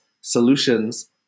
solutions